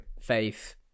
faith